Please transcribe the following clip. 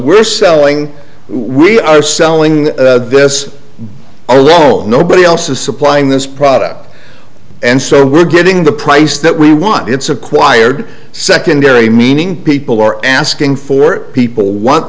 we're selling we're selling this a little nobody else is supplying this product and so we're getting the price that we want it's acquired secondary meaning people are asking for it people want